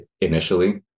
Initially